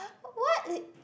what